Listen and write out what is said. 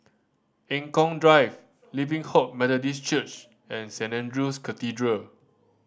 Eng Kong Drive Living Hope Methodist Church and Saint Andrew's Cathedral